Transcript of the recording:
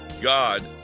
God